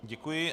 Děkuji.